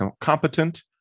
competent